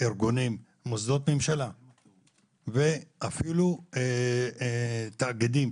מוסדות ממשלה ואפילו תאגידים,